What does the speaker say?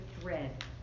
thread